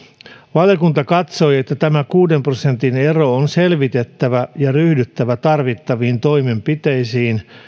valiokunta katsoi että tämä kuuden prosentin ero on selvitettävä ja ryhdyttävä tarvittaviin toimenpiteisiin